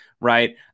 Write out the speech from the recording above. right